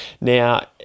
Now